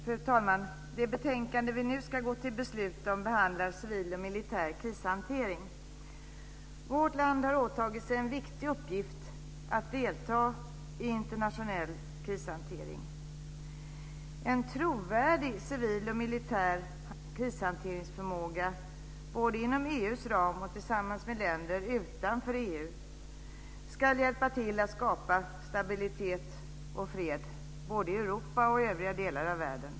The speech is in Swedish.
Fru talman! I det betänkande vi nu ska gå till beslut om behandlas civil och militär krishantering. Vårt land har åtagit sig en viktig uppgift: att delta i internationell krishantering. En trovärdig civil och militär krishanteringsförmåga, både inom EU:s ram och tillsammans med länder utanför EU, ska hjälpa till att skapa stabilitet och fred både i Europa och i övriga delar av världen.